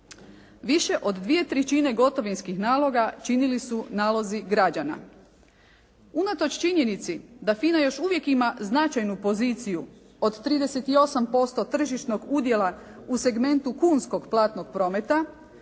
Više od dvije trećine gotovinskih naloga činili su nalozi građana. Unatoč činjenici da FINA još uvijek ima značajnu poziciju od 38% tržišnog udjela u segmentu kunskog platnog prometa